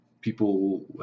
People